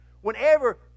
whenever